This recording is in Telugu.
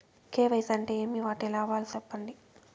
కె.వై.సి అంటే ఏమి? వాటి లాభాలు సెప్పండి?